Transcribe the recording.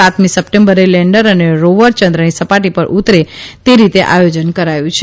સાતમી સપ્ટેમ્બરે લેન્ડર અને રોવર યંદ્રની સપાટી પર ઉતરે તે રીતે આયોજન કરાયું છે